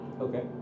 Okay